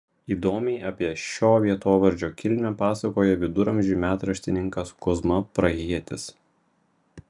įdomiai apie šio vietovardžio kilmę pasakoja viduramžių metraštininkas kuzma prahietis